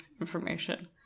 information